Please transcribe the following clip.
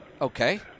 Okay